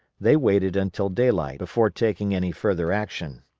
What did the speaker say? they waited until daylight before taking any further action.